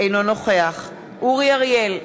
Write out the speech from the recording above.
אינו נוכח אורי אריאל,